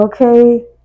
Okay